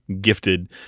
gifted